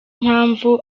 impamvu